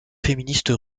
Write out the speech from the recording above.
féministes